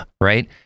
right